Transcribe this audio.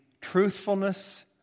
truthfulness